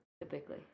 Typically